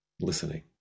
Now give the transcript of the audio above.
listening